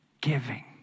giving